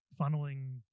funneling